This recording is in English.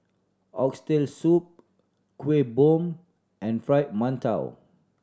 Oxtail Soup Kuih Bom and Fried Mantou